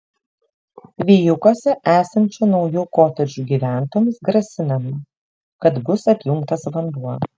vijūkuose esančių naujų kotedžų gyventojams grasinama kad bus atjungtas vanduo